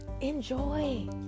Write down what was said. enjoy